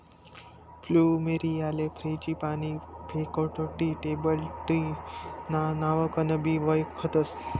फ्लुमेरीयाले frangipani, pagoda tree, temple tree ना नावकनबी वयखतस